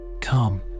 Come